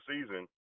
season